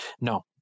No